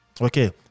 Okay